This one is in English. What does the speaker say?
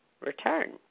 return